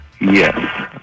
Yes